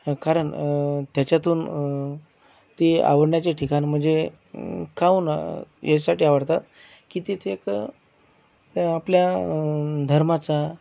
कारण त्याच्यातून ते आवडण्याचे ठिकाण म्हणजे म काहून ह्याच्यासाठी आवडतात की तिथे एक आपल्या धर्माचा